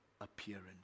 appearance